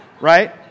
right